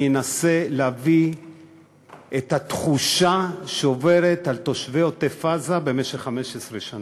אני אנסה להביא את התחושה של תושבי עוטף-עזה במשך 15 שנה.